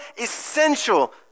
essential